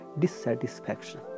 dissatisfaction